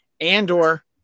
and/or